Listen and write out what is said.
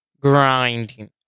Grinding